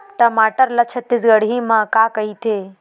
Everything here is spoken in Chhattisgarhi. टमाटर ला छत्तीसगढ़ी मा का कइथे?